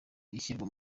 ishyirwa